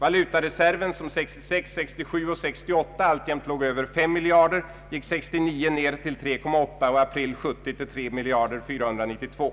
Valutareserven som åren 1966, 1967 och 1968 alltjämt var över 5 miljarder kronor gick 1969 ned till 3,8 miljarder och är i april 1970 bara 3 492 miljoner.